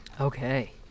Okay